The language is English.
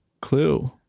clue